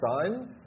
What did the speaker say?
signs